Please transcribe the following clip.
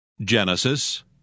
Genesis